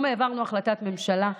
היום העברנו החלטת ממשלה,